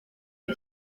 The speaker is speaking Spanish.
que